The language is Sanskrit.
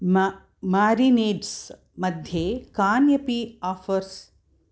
मा मारिनेड्स् मध्ये कान्यपि आफ़र्स्